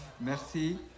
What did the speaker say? merci